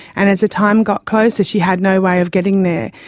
and as the time got closer she had no way of getting there.